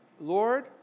Lord